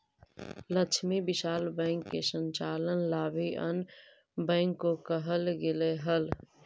Lakshmi Vilas bank के संचालन ला भी अन्य बैंक को कहल गेलइ हल